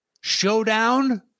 showdown